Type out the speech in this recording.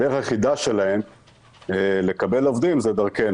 הדרך היחידה שלהם לקבל עובדים זה דרכנו.